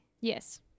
Yes